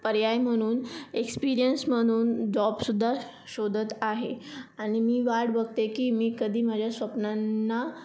पर्याय म्हणून एक्स्पिरिअन्स म्हणून जॉबसुद्धा शोधत आहे आणि मी वाट बघते की मी कधी माझ्या स्वप्नांना